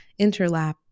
interlap